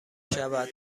شود